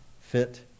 fit